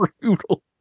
brutal